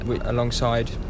alongside